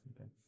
Okay